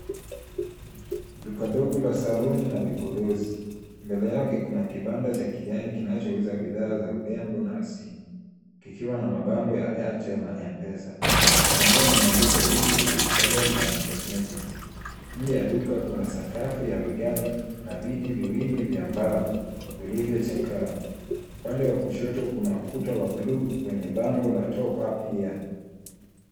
Duka dogo la saloon na vipodozi. Mbele yake kuna kibanda cha kijani kinachouza bidhaa za urembo na simu kikiwa na mabango ya airtel na M-pesa. Duka lenyewe limeandikwa beauty saloon and cosmetics . Nje ya duka kuna sakafu ya vigae na viti viwili vya mbao vilivyochakaa. Upande wa kushoto kuna ukuta wa bluu wenye bango la top up here .